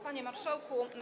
Panie Marszałku!